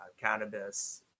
cannabis